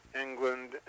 England